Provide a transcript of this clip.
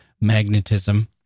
magnetism